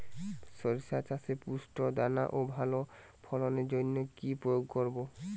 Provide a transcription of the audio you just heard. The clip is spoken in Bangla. শরিষা চাষে পুষ্ট দানা ও ভালো ফলনের জন্য কি প্রয়োগ করব?